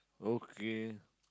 okay